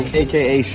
aka